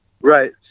Right